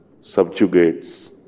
subjugates